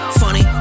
funny